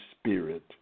spirit